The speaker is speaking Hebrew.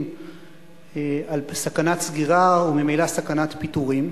על סכנת סגירה וממילא סכנת פיטורים.